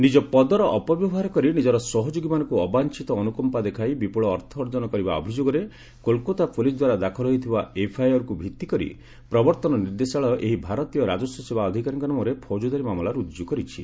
ନିଜ ପଦର ଅପବ୍ୟବହାର କରି ନିକର ସହଯୋଗୀମାନଙ୍କୁ ଅବାଞ୍ଚିତ ଅନୁକମ୍ପା ଦେଖାଇ ବିପୁଳ ଅର୍ଥ ଅର୍ଜନ କରିବା ଅଭିଯୋଗରେ କୋଲକାତା ପୁଲିସ୍ ଦ୍ୱାରା ଦାଖଲ ହୋଇଥିବା ଏଫ୍ଆଇଆର୍କୁ ଭିଭିକରି ପ୍ରବର୍ତ୍ତନ ନିର୍ଦ୍ଦେଶାଳୟ ଏହି ଭାରତୀୟ ରାଜସ୍ୱ ସେବା ଅଧିକାରୀଙ୍କ ନାମରେ ପୌଜଦାରୀ ମାମଲା ରୁଜୁ କରିଛି